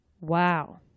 Wow